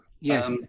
Yes